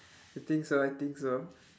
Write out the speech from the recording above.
I think so I think so